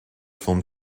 film